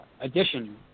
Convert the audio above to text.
addition